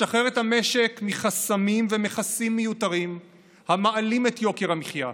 לשחרר את המשק מחסמים ומכסים מיותרים המעלים את יוקר המחיה.